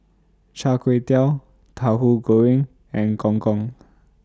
Char Kway Teow Tauhu Goreng and Gong Gong